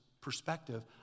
perspective